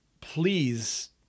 please